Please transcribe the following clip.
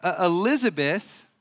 Elizabeth